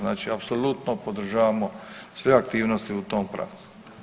Znači, apsolutno podržavamo sve aktivnosti u tom pravcu.